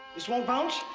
this won't bounce?